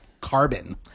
Carbon